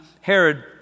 Herod